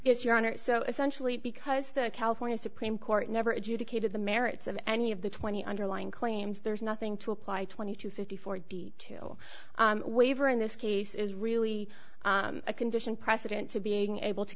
it's your honor so essentially because the california supreme court never adjudicated the merits of any of the twenty underlying claims there's nothing to apply twenty two fifty four to waiver in this case is really a condition precedent to being able to